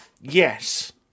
yes